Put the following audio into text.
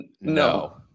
No